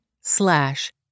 slash